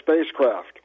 spacecraft